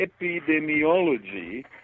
epidemiology